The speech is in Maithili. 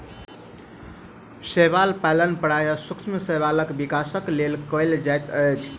शैवाल पालन प्रायः सूक्ष्म शैवालक विकासक लेल कयल जाइत अछि